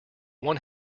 one